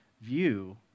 view